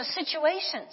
situations